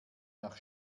nach